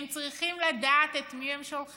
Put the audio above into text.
הם צריכים לדעת את מי הם שולחים.